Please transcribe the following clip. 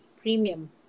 premium